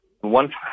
One